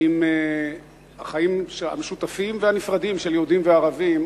עם החיים המשותפים והנפרדים של יהודים וערבים